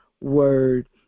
word